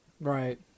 right